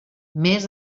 més